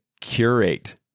curate